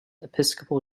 episcopal